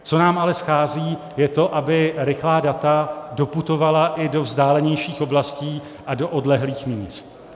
Co nám ale schází, je to, aby rychlá data doputovala i do vzdálenějších oblastí a do odlehlých míst.